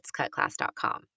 letscutclass.com